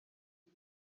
ubu